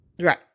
right